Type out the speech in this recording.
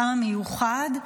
כמה מיוחד,